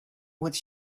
with